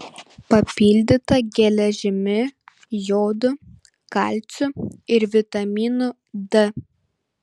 papildyta geležimi jodu kalciu ir vitaminu d